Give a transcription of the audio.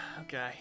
Okay